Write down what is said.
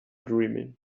dreaming